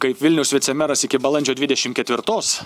kaip vilniaus vicemeras iki balandžio dvidešim ketvirtos